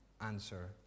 answer